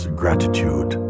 gratitude